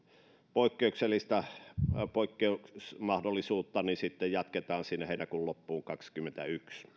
poikkeusmahdollisuutta jatketaan heinäkuun loppuun kahdennellekymmenennelleensimmäiselle